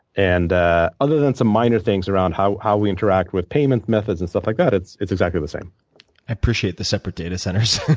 and other than some minor things around how how we interact with payment methods and stuff like that, it's it's exactly the same. i appreciate the separate data centers.